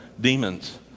demons